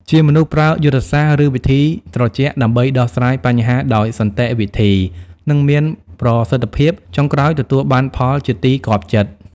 ជាមនុស្សប្រើយុទ្ធសាស្រ្តឬវិធីត្រជាក់ដើម្បីដោះស្រាយបញ្ហាដោយសន្តិវិធី និងមានប្រសិទ្ធភាព ចុងក្រោយទទួលបានផលជាទីគាប់ចិត្ត ។